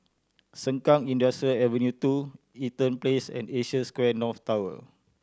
Sengkang Industrial Avenue Two Eaton Place and Asia Square North Tower